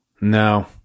No